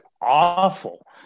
awful